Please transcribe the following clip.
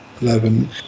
eleven